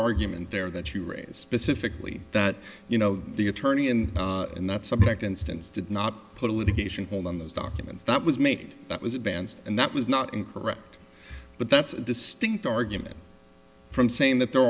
argument there that you raise specifically that you know the attorney in that subject instance did not put a litigator on those documents that was made that was advanced and that was not incorrect but that's a distinct argument from saying that there